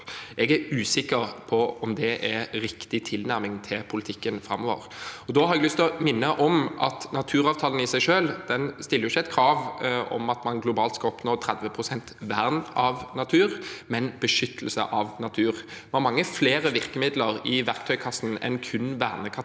Jeg er usikker på om det er riktig tilnærming til politikken framover. Da har jeg lyst til å minne om at naturavtalen i seg selv ikke stiller et krav om at man globalt skal oppnå 30 pst. vern av natur, men beskyttelse av natur. Vi har mange flere virkemidler i verktøykassen enn kun vernekategorier